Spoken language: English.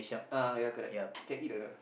uh ya correct can eat or not